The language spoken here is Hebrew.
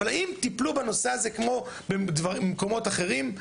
אבל האם טיפלו בנושא הזה כמו במקומות אחרים?